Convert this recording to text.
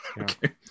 Okay